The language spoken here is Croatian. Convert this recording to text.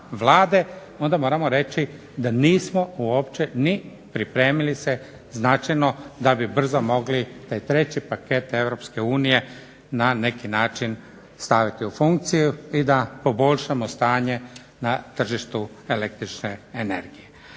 onda moramo reći da nismo uopće ni pripremili se značajno da bi brzo mogli taj treći paket Europske unije mogli staviti u funkciju i da poboljšamo stanje na tržištu električne energije.